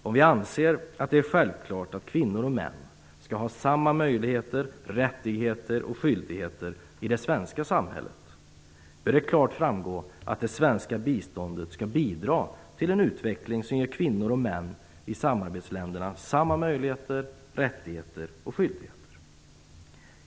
Om vi anser att det är självklart att kvinnor och män skall ha samma möjligheter, rättigheter och skyldigheter i det svenska samhället bör det klart framgå att det svenska biståndet skall bidra till en utveckling som ger kvinnor och män i samarbetsländerna samma möjligheter, rättigheter och skyldigheter.